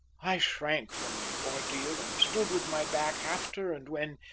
i shrank from the ordeal and stood with my back half turned when,